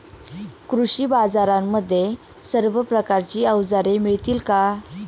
कृषी बाजारांमध्ये सर्व प्रकारची अवजारे मिळतील का?